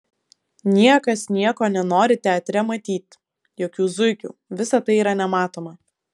niekas nieko nenori teatre matyt jokių zuikių visa tai yra nematoma